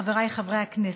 חבריי חברי הכנסת,